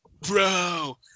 Bro